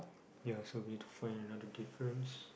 you're so beautiful and you know the difference